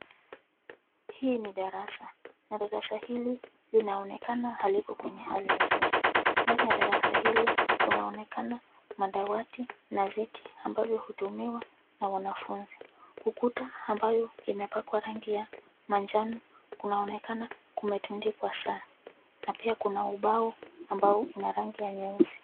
Hili ni darasa na darasa hili linaonekana haliko kwenye hali nzuri, ndani ya darasa hili kunaonekana madawati na viti ambavyo hutumiwa na wanafunzi. Ukuta ambao umepakwa rangi ya manjano, kunaonekana kumetundikwa saa na pia kuna ubao ambao una rangi nyeusi.